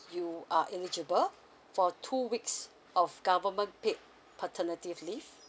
you are eligible for two weeks of government paid paternity leave